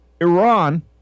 Iran